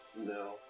No